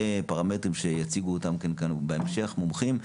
פרמטרים שיציגו אותם כאן מומחים בהמשך.